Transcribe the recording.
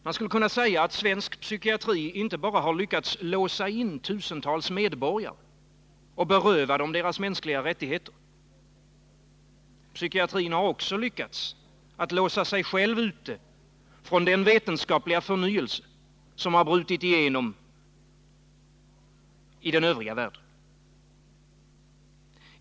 Man skulle kunna säga att svensk psykiatri inte bara lyckats låsa in tusentals medborgare och beröva dem deras mänskliga rättigheter. Psykiatrin har också lyckats låsa sig själv ute från den vetenskapliga förnyelse som brutit igenom i den övriga världen.